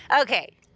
Okay